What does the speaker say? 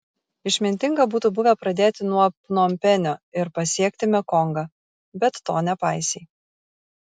išmintinga būtų buvę pradėti nuo pnompenio ir pasiekti mekongą bet to nepaisei